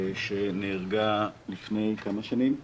שנהרגה לפני כמה שנים?